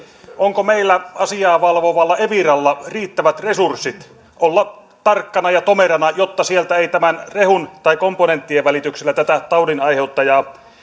onko meillä asiaa valvovalla eviralla riittävät resurssit olla tarkkana ja tomerana jotta sieltä ei rehun tai komponenttien välityksellä tätä taudinaiheuttajaa